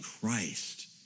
Christ